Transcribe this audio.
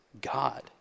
God